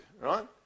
right